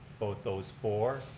both those for,